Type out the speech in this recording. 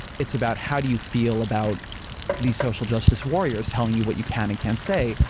it's about how do you feel about these social justice warriors telling you what you can and can't say.